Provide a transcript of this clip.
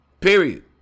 period